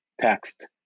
text